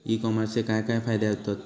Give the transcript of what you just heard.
E कॉमर्सचे काय काय फायदे होतत?